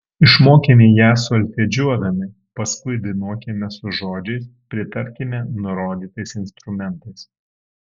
išmokime ją solfedžiuodami paskui dainuokime su žodžiais pritarkime nurodytais instrumentais